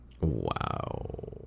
Wow